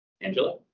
Angela